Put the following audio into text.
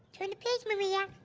turn the page, maria.